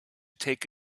take